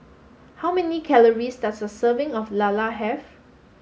how many calories does a serving of Lala have